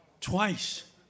twice